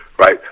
right